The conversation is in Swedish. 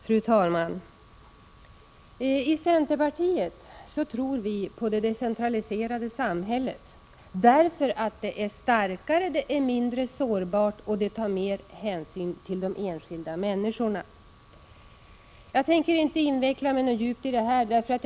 Fru talman! I centerpartiet tror vi på det decentraliserade samhället därför att det är starkare och mindre sårbart och därför att det tar mer hänsyn till de enskilda människorna. Jag tänker inte gå så djupt in i den frågan.